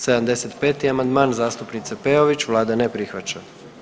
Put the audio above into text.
75. amandman, zastupnice Peović, Vlada ne prihvaća.